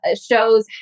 shows